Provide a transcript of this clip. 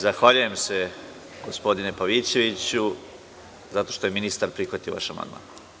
Zahvaljujem se gospodine Pavićeviću zato što je ministar prihvatio vaš amandman.